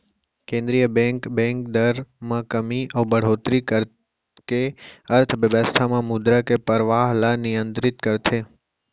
केंद्रीय bank, bank दर म कमी अउ बड़होत्तरी करके अर्थबेवस्था म मुद्रा के परवाह ल नियंतरित करथे